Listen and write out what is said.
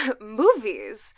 Movies